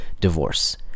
divorce